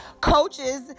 coaches